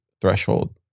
threshold